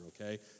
okay